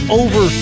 over